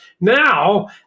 Now